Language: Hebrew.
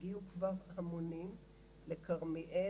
הגיעו כבר המונים לכרמיאל,